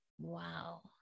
wow